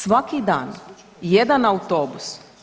Svaki dan jedan autobus.